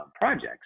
projects